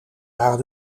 waren